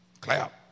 Clap